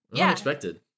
Unexpected